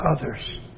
others